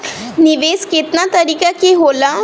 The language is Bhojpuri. निवेस केतना तरीका के होला?